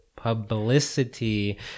Publicity